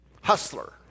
hustler